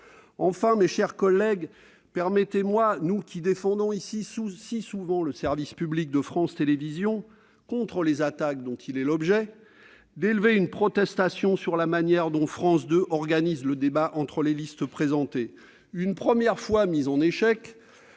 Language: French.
Enfin, mes chers collègues, permettez-nous, à nous qui défendons ici si souvent le service public de France Télévisions contre les attaques dont il est l'objet, d'élever une protestation sur la manière dont France 2 organise le débat entre les listes présentées. Une première fois mise en échec,